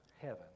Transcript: heaven